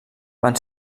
van